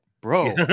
Bro